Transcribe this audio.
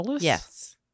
Yes